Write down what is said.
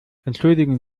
entschuldigen